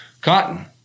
cotton